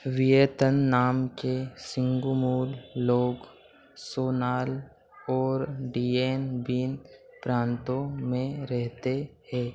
Vietnam के सिंगमुल लोग सोनाल और डीएन बीन प्रांतों में रहते हैं